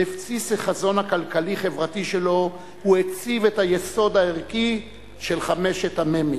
בבסיס החזון הכלכלי-חברתי שלו הוא הציב את היסוד הערכי של חמשת המ"מים,